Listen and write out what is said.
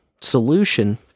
solution